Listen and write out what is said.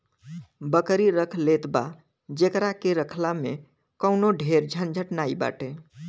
बकरी रख लेत बा जेकरा के रखला में कवनो ढेर झंझट नाइ बाटे